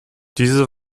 diese